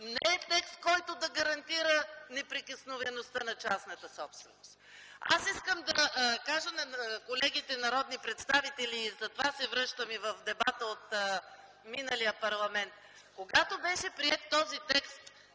не е текст, който да гарантира неприкосновеността на частната собственост. Искам да кажа на колегите народни представители, затова се връщам към дебата от миналия парламент - когато беше приет този текст,